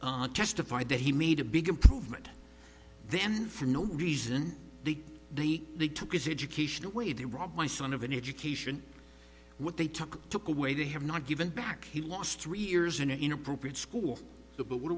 testified that he made a big improvement then for no reason they they they took his educational way they robbed my son of an education what they took took away they have not given back he lost three years in an inappropriate school the but what